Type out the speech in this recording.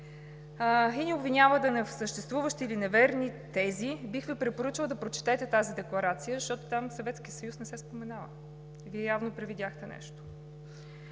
и ни обвинявате в несъществуващи или неверни тези, бих Ви препоръчала да прочетете тази декларация, защото там Съветският съюз не се споменава. Вие явно привидяхте нещо.